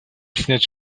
снять